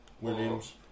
Williams